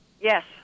Yes